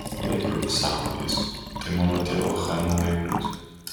laikrodis sako jis tai mano tėvo chaimo laikrodis